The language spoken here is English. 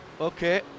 okay